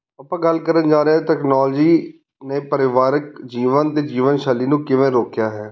ਆਪਾਂ ਗੱਲ ਕਰਨ ਜਾ ਰਹੇ ਤੈਕਨੋਲੋਜੀ ਨੇ ਪਰਿਵਾਰਿਕ ਜੀਵਨ ਅਤੇ ਜੀਵਨ ਸ਼ੈਲੀ ਨੂੰ ਕਿਵੇਂ ਰੋਕਿਆ ਹੈ